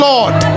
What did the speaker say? Lord